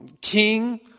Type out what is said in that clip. king